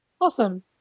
Awesome